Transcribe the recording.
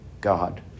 God